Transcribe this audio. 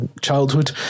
childhood